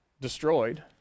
destroyed